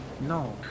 no